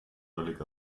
völlig